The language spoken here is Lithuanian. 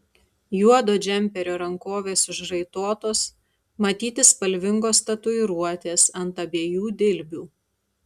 juodo džemperio rankovės užraitotos matyti spalvingos tatuiruotės ant abiejų dilbių